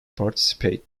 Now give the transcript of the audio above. participate